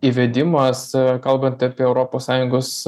įvedimas kalbant apie europos sąjungos